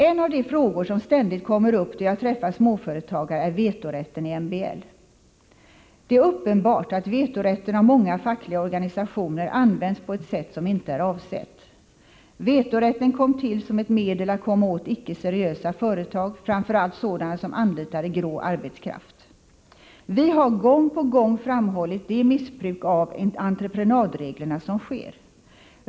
En av de frågor som ständigt kommer upp då jag träffar småföretagare är vetorätten i MBL. Det är uppenbart att vetorätten av många fackliga organisationer används på ett sätt som inte är avsett. Vetorätten kom till som ett medel att komma åt icke seriösa företag, framför allt sådana som anlitade grå arbetskraft. Vi har gång på gång framhållit det missbruk av entreprenadreglerna som sker.